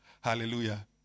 Hallelujah